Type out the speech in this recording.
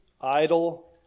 idle